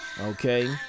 okay